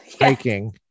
hiking